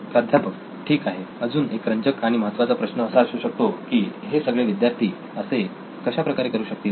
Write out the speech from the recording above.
प्राध्यापक ठीक आहे अजून एक रंजक आणि महत्त्वाचा प्रश्न असा असू शकतो की हे सगळे विद्यार्थी असे कशा प्रकारे करु शकतील